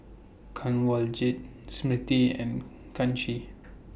Kanwaljit Smriti and Kanshi